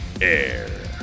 air